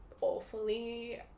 awfully